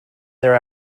their